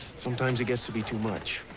sometimes it gets to be too much.